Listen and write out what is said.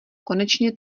konečně